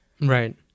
Right